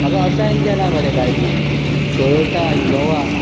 म्हाका असाय्न केला मरे गाडी टॉयोटा इनोवा